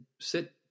sit